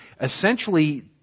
essentially